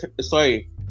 Sorry